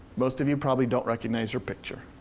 most of you probably don't recognize her picture.